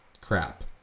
crap